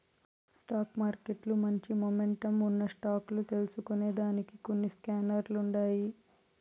stock మార్కెట్ల మంచి momentum ఉన్న స్టాక్ లు తెల్సుకొనేదానికి కొన్ని స్కానర్లుండాయి